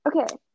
okay